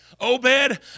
Obed